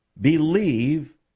believe